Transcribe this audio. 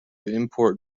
import